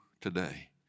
today